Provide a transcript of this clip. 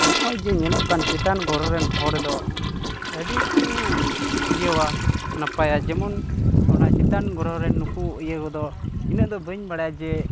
ᱱᱚᱜᱼᱚᱭ ᱡᱮ ᱧᱮᱞᱚᱜ ᱠᱟᱱ ᱪᱮᱛᱟᱱ ᱜᱨᱚᱦᱚ ᱨᱮᱱ ᱦᱚᱲ ᱫᱚ ᱟᱹᱰᱤ ᱠᱚ ᱤᱭᱟᱹᱣᱟ ᱱᱟᱯᱟᱭᱟ ᱡᱮᱢᱚᱱ ᱚᱱᱟ ᱪᱮᱛᱟᱱ ᱜᱨᱚᱦᱚ ᱨᱮᱱ ᱱᱩᱠᱩ ᱤᱭᱟᱹ ᱠᱚᱫᱚ ᱤᱱᱟᱹᱜ ᱫᱚ ᱵᱟᱹᱧ ᱵᱟᱲᱟᱭᱟ ᱡᱮ